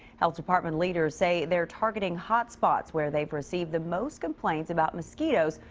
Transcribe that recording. health department leaders say they're targeting hotspots. where they've received the most complaints about mosquitos.